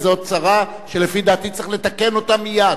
וזאת צרה שלפי דעתי צריך לתקן אותה מייד.